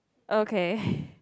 okay